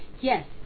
Yes